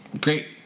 great